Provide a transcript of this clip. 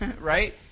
right